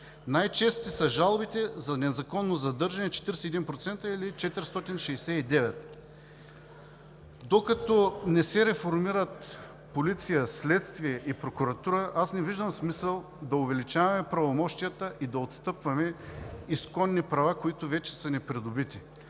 Най-чести са жалбите за незаконно задържане – 41%, или 469 броя. Докато не се реформират полиция, следствие и прокуратура, аз не виждам смисъл да увеличаваме правомощията и да отстъпваме изконни права, които вече са придобити.